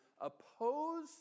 oppose